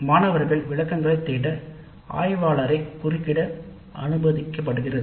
மாணவர்கள் விளக்கங்களைத் தேட ஆய்வாளரை குறுக்கிட அனுமதிக்கப்படுகிறது